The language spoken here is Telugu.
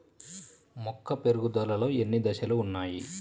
మొక్క పెరుగుదలలో ఎన్ని దశలు వున్నాయి?